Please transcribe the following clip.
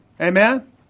Amen